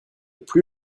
plus